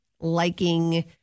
liking